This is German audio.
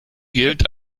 gilt